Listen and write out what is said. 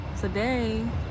today